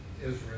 Israel